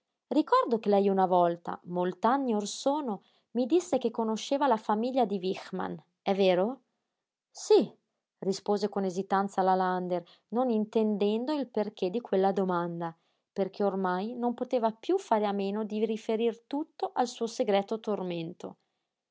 ricordo che lei una volta molt'anni or sono mi disse che conosceva la famiglia de wichmann è vero sí rispose con esitanza la lander non intendendo il perché di quella domanda perché ormai non poteva piú fare a meno di riferir tutto al suo segreto tormento